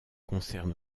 concerne